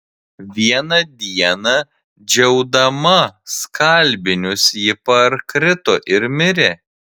vieną dieną džiaudama skalbinius ji parkrito ir mirė